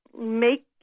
Make